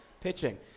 pitching